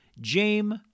James